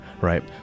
Right